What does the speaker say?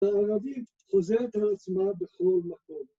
‫והערבית חוזרת על עצמה בכל מקום.